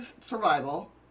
survival